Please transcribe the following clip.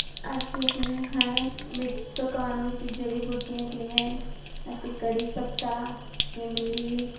ਅਸੀਂ ਆਪਣਾ ਖਾਣਾ ਵਿ ਪਕਾਉਣ ਵਿੱਚ ਜੜ੍ਹੀ ਬੂਟੀਆਂ ਜਿਵੇਂ ਅਸੀਂ ਕੜੀ ਪੱਤਾ ਇਮਲੀ